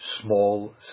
small